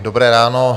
Dobré ráno.